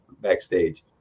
backstage